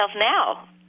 now